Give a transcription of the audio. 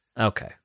Okay